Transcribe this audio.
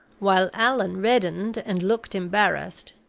while allan reddened and looked embarrassed,